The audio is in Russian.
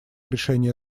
решения